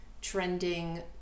trending